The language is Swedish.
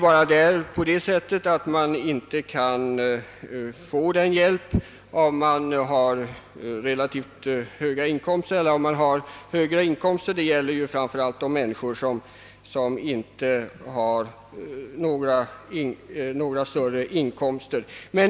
Hjälpen är emellertid behovsprövad och endast personer med mindre inkomster kan erhålla fri rättshjälp. Herr talman!